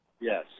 Yes